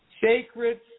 Sacred